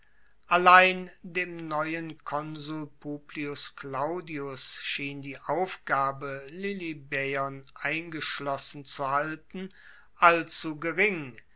allein dem neuen konsul publius claudius schien die aufgabe lilybaeon eingeschlossen zu halten allzu gering